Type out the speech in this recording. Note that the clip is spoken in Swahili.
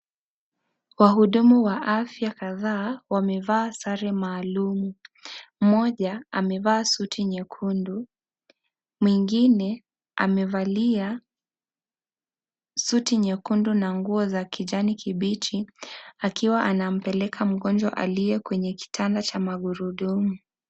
Wahudumu wa afya kadhaa wamevaaa sare maalum. Mmoja amevaa suti nyekundu mwingine amevalia suti nyekundu na nguo za kijani kibichi akiwa anampeleka mgonjwa aliye kwenye kitanda cha magurudumu.